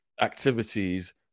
activities